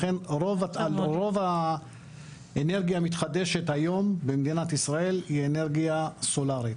לכן רוב האנרגיה המתחדשת היום במדינת ישראל היא אנרגיה סולארית.